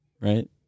right